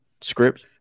script